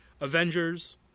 Avengers